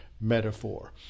metaphor